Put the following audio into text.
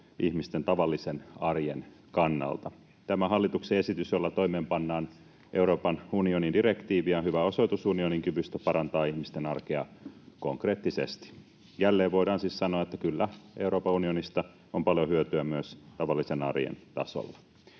ihmisten tavallisen arjen kannalta. Tämä hallituksen esitys, jolla toimeenpannaan Euroopan unionin direktiiviä, on hyvä osoitus unionin kyvystä parantaa ihmisten arkea konkreettisesti. Jälleen voidaan siis sanoa, että kyllä, Euroopan unionista on paljon hyötyä myös tavallisen arjen tasolla.